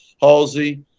Halsey